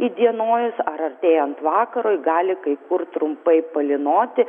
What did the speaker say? įdienojus ar artėjant vakarui gali kai kur trumpai palynoti